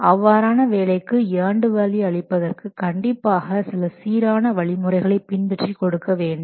அவ்வாறான வேலைக்கு and value அளிப்பதற்கு கண்டிப்பாக சில சீரான வழிமுறைகள் பின்பற்றி கொடுக்க வேண்டும்